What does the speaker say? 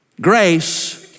Grace